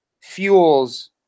fuels